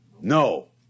No